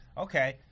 Okay